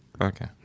Okay